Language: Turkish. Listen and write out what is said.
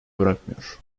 bırakmıyor